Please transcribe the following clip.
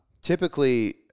typically